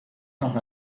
nach